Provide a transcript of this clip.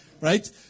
Right